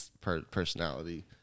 personality